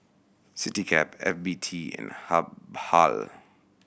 Citycab F B T and Habhal